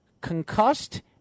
concussed